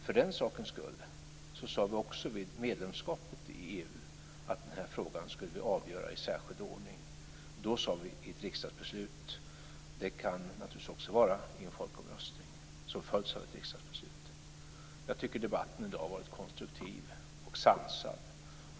För den sakens skull sade vi också vid medlemskapet i EU att vi skulle avgöra den här frågan i särskild ordning. Då sade vi att den skulle avgöras i ett riksdagsbeslut. Det kan naturligtvis också vara i en folkomröstning som följs av ett riksdagsbeslut. Jag tycker att debatten i dag har varit konstruktiv och sansad.